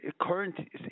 current